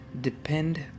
depend